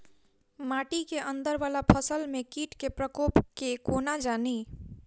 माटि केँ अंदर वला फसल मे कीट केँ प्रकोप केँ कोना जानि?